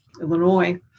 Illinois